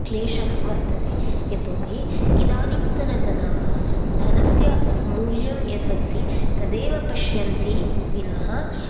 क्लेशं वर्तते यतो हि इदानीन्तनजनाः धनस्य मूल्यं यदस्ति तदेव पश्यन्ति विनः